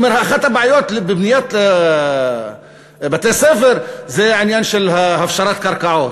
הוא אומר: אחת הבעיות בבניית בתי-ספר זה העניין של הפשרת קרקעות.